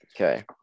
Okay